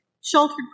sheltered